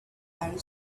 and